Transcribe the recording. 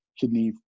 kidney